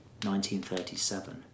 1937